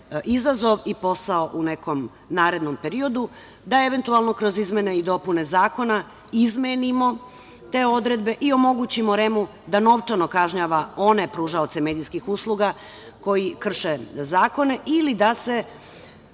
izazov i posao u nekom narednom periodu, da eventualno kroz izmene i dopune zakona izmenimo te odredbe i omogućimo REM da novčano kažnjava one pružaoce medijskih usluga koji krše zakone ili da se